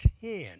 ten